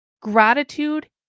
Gratitude